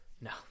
No